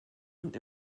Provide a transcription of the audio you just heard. und